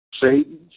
Satan